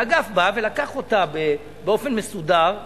והאגף בא ולקח אותה באופן מסודר ונורמלי,